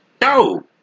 No